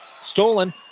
stolen